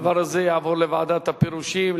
הדבר הזה יעבור לוועדת הפירושים,